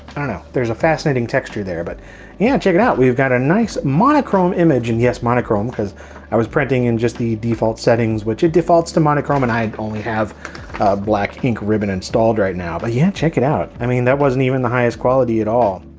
i know there's a fascinating texture there but yeah check it out we've got a nice monochrome image and yes monochrome because i was printing in just the default settings which it defaults to monochrome and i only have black ink ribbon installed right now. but yeah check it out, i mean that wasn't even the highest quality at all.